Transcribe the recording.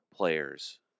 players